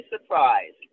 surprised